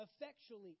effectually